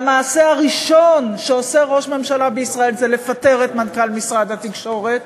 המעשה הראשון שעושה ראש ממשלה בישראל זה לפטר את מנכ"ל משרד התקשורת.